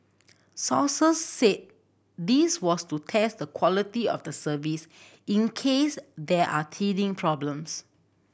sources said this was to test the quality of the service in case there are teething problems